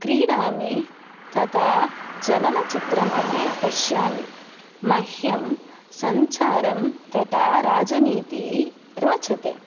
क्रीडामि तथा चलनचित्रम् अपि पश्यामि मह्यं सञ्चारं तथा राजनीतिः रोचते